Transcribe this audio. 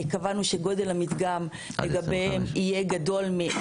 קבענו שגודל המדגם לגביהם יהיה גדול.